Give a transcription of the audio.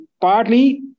partly